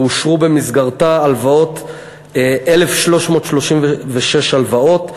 ואושרו במסגרתה הלוואות, 1,336 הלוואות,